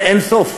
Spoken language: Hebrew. אין סוף.